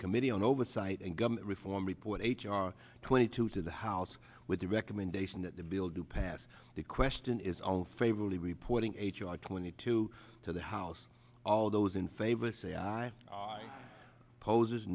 committee on oversight and government reform report h r twenty two to the house with the recommendation that the bill to pass the question is on favorably reporting h r twenty two to the house all those in favor say